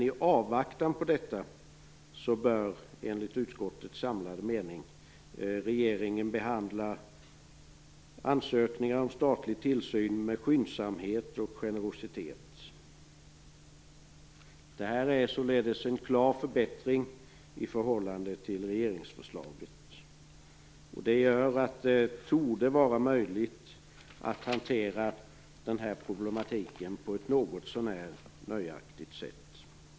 I avvaktan på detta bör regeringen enligt utskottets samlade mening behandla ansökningar om statlig tillsyn med skyndsamhet och generositet. Detta är således en klar förbättring i förhållande till regeringsförslaget. Det gör att det torde vara möjligt att hantera den här problematiken något så när nöjaktigt.